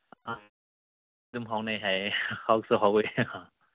ꯑꯥ ꯑꯗꯨꯝ ꯍꯥꯎꯅꯩ ꯍꯥꯏꯌꯦ ꯍꯥꯎꯁꯨ ꯍꯥꯎꯋꯤ